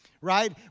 right